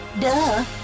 duh